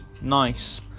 nice